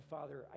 Father